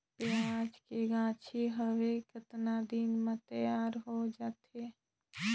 पियाज के गाछी हवे कतना दिन म तैयार हों जा थे?